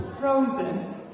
frozen